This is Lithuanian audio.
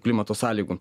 klimato sąlygų